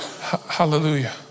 Hallelujah